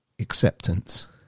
acceptance